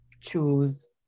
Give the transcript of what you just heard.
choose